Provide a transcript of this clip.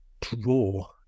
draw